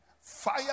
Fire